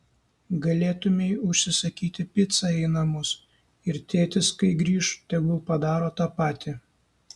galėtumei užsisakyti picą į namus ir tėtis kai grįš tegul padaro tą patį